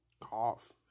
cough